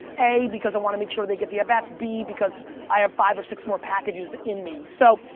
a, because i want to make sure they get the at-bats. b, because i have five or six more packages in me. so,